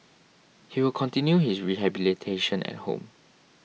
he will continue his rehabilitation at home